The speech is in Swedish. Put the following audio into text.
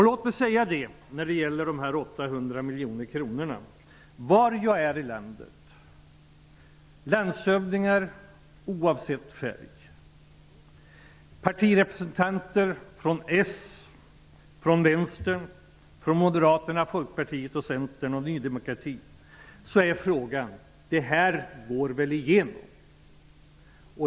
Låt mig när det gäller de 800 miljonerna säga, att var jag än är i landet och träffar landshövdingar, oavsett färg, och partirepresentanter från Folkpartiet, Centern och Ny demokrati, är frågan: Går det här förslaget igenom?